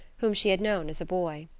whom she had known as a boy.